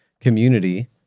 community